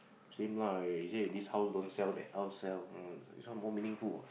same lah he say this house don't sell that house sell this one more meaningful